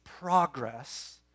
progress